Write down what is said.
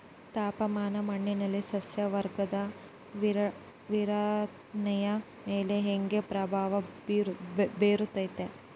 ತಾಪಮಾನ ಮಣ್ಣಿನ ಸಸ್ಯವರ್ಗದ ವಿತರಣೆಯ ಮೇಲೆ ಹೇಗೆ ಪ್ರಭಾವ ಬೇರುತ್ತದೆ?